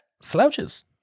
slouches